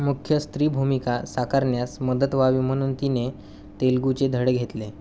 मुख्य स्त्री भूमिका साकारण्यास मदत व्हावी म्हणून तिने तेलगूचे धडे घेतले